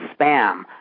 spam